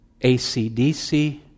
ACDC